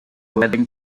wedding